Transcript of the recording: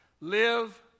Live